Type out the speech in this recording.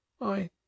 I